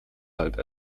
halt